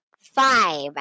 five